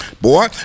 Boy